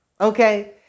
Okay